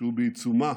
כשהוא בעיצומה